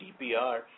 DPR